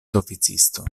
oficisto